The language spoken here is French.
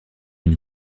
une